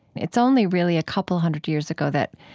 it's only really a couple hundred years ago that